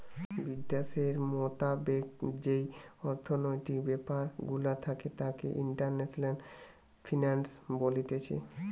বিদ্যাশের মোতাবেক যেই অর্থনৈতিক ব্যাপার গুলা থাকে তাকে ইন্টারন্যাশনাল ফিন্যান্স বলতিছে